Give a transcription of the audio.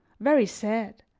very sad.